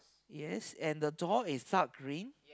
yes and the door is dark green